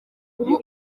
ubu